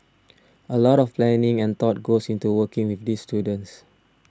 a lot of planning and thought goes into working with these students